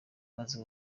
maze